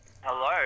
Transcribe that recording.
Hello